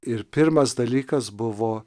ir pirmas dalykas buvo